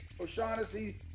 O'Shaughnessy